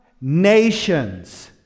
nations